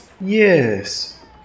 Yes